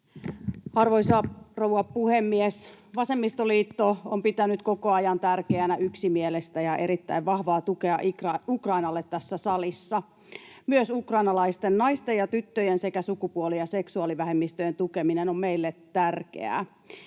Arvoisa rouva puhemies! Vasemmistoliitto on pitänyt koko ajan tärkeänä yksimielistä ja erittäin vahvaa tukea Ukrainalle tässä salissa. Myös ukrainalaisten naisten ja tyttöjen sekä sukupuoli- ja seksuaalivähemmistöjen tukeminen on meille tärkeää.